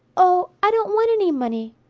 oh! i don't want any money.